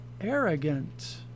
arrogant